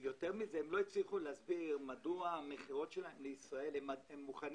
הם גם לא הצליחו להסביר מדוע הם מוכנים